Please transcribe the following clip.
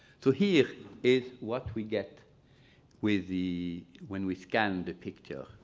so here is what we get with the when we scan the picture.